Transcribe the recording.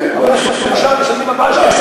אבל במושב משלמים 4 שקלים,